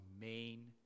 main